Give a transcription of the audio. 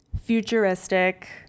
futuristic